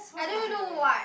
I never do what